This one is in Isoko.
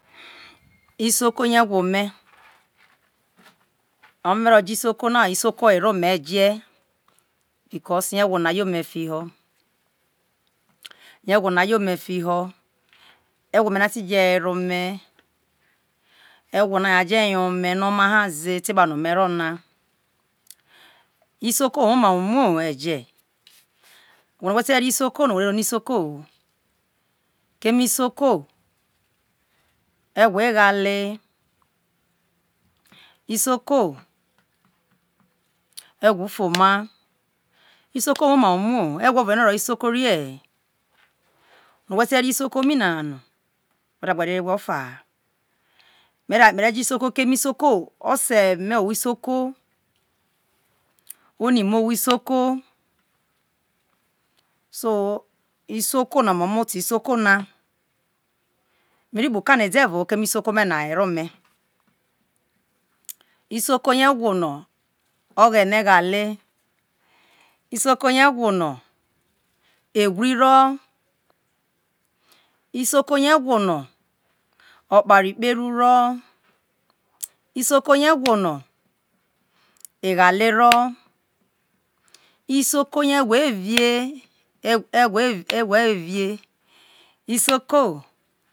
Isoko yo egwo̱ me̱, aware no me ro je̱ isoko na ho because yo̱ egwo a yeome fiho yo̱ legwo me na te weve ome, e̱gwo̱ ome no oma̱ha me ro̱ng je yo a je yo ome ze te épano̱ isoko woma ho̱ umuoho̱ evao eje, whe rue no whe te na isoko no whe ta no isoko ho, keme isoke e̱gwo eghale, isoko egwo ufoma, isoko woma ho umo ho egwo o̱vo no owoho isoko orie he. No̱ whe̱ te̱ na isoko ming no whe re gbe ria mere je isoko keme oseme owho̱ isoko oni me owho isoko so isoko na me omo oto isoko na, me ri kpo okane devono ke̱mé isoko me na were ume no oghene isoko yo egwon ghale, isoko yo egwo ro no isoko yoegwo okparek pe ru ro, no isoko yo wo no noeghale equal isoko yo egwo erie egwo evi evie̱ isoko.